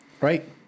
Right